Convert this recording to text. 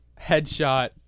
headshot